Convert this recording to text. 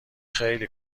خیلی